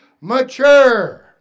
mature